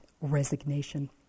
resignation